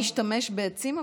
צריך לא להשתמש בעצים,